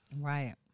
Right